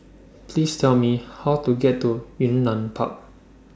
Please Tell Me How to get to Yunnan Park